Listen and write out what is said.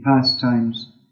pastimes